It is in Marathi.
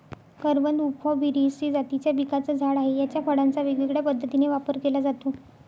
करवंद उफॉर्बियेसी जातीच्या पिकाचं झाड आहे, याच्या फळांचा वेगवेगळ्या पद्धतीने वापर केला जातो